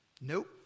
Nope